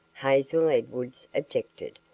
hazel edwards objected.